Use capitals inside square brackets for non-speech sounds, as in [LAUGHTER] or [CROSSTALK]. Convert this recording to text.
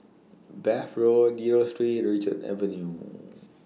Bath Road Dio Street and Richards Avenue [NOISE]